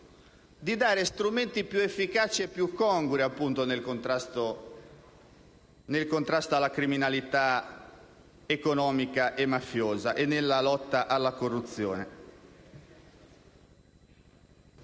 di dare strumenti più efficaci e più congrui nel contrasto alla criminalità economica e mafiosa e nella lotta alla corruzione.